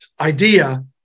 idea